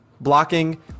blocking